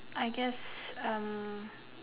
I guess um